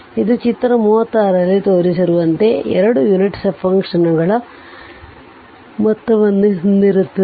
ಇದು ಚಿತ್ರ 36 ರಲ್ಲಿ ತೋರಿಸಿರುವಂತೆ 2 ಯುನಿಟ್ ಸ್ಟೆಪ್ ಫಂಕ್ಷನ್ಗಳ ಮೊತ್ತವನ್ನು ಹೊಂದಿರುತ್ತದೆ